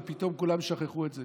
ופתאום כולם שכחו את זה.